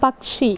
പക്ഷി